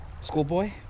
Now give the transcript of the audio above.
Schoolboy